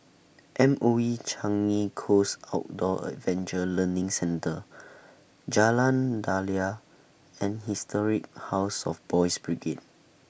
M O E Changi Coast Outdoor Adventure Learning Centre Jalan Daliah and Historic House of Boys' Brigade